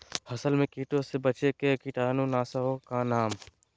फसल में कीटों से बचे के कीटाणु नाशक ओं का नाम?